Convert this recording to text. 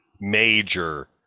major